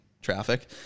traffic